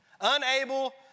unable